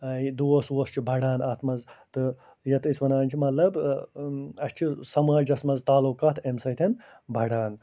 دوس ووس چھِ بڑان اَتھ منٛز تہٕ یَتھ أسۍ وَنان چھِ مطلب اَسہِ چھِ سماجَس منٛز تعلقات اَمہِ سۭتۍ بڑان